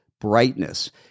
brightness